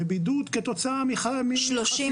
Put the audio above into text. הבידוד הוא כתוצאה --- 33,000?